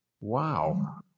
Wow